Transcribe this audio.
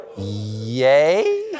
yay